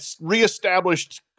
reestablished